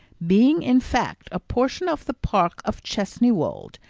being in fact a portion of the park of chesney wold,